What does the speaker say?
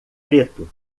preto